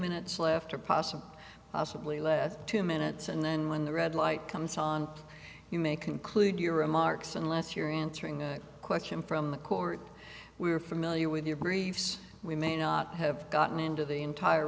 minutes left or possibly possibly less two minutes and then when the red light comes on you may conclude your remarks unless you're answering a question from the court we're familiar with your briefs we may not have gotten into the entire